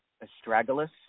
Astragalus